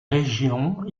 régions